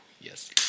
Yes